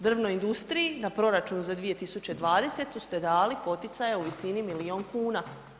Drvnoj industriji na proračunu za 2020. ste dali poticaja u visini milijun kuna.